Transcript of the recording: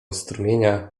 strumienia